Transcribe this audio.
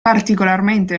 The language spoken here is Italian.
particolarmente